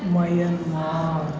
Myanmar